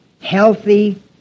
healthy